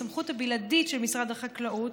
בסמכות הבלעדית של משרד החקלאות,